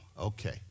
Okay